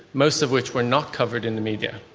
most of which were not covered in the media.